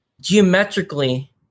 geometrically